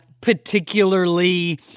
particularly